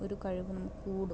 ഒരു കഴിവ് നമുക്ക് കൂടും